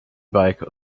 bike